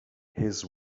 his